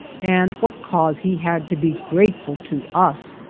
and what cause he had to be grateful to us.